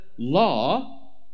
Law